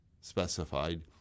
specified